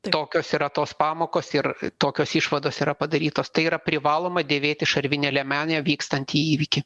tokios yra tos pamokos ir tokios išvados yra padarytos tai yra privaloma dėvėti šarvinę liemenę vykstant į įvykį